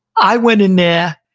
i went in there,